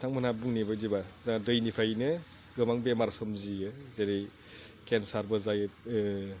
बिथांमोना बुंनाय बायदिबा जोंहा दैनिफ्रायनो गोबां बेमार सोमजियो जेरै केनसारबो जायो